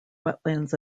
wetlands